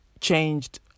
changed